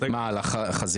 הם שומרים על החוק.